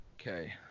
Okay